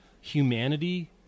humanity